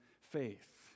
faith